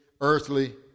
earthly